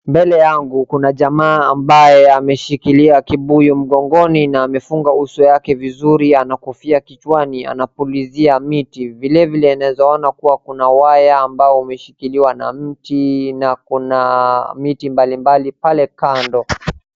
Mbele yangu kuna jamaa ambaye ameshikilia kibuyu mgongoni na amefunga uso wake vizuri, ana kofia kichwani, anapulizia miti. Vilevile naeza ona kuwa kuna waya ambao umeshikiliwa na mti na kuna miti mbalimbali pale kando.